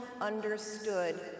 understood